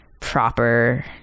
proper